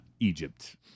Egypt